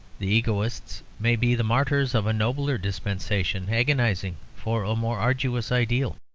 the egoists may be the martyrs of a nobler dispensation, agonizing for a more arduous ideal.